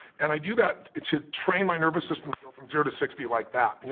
and i do that to train my nervous system to go from zero to sixty like that. you